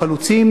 החלוצים,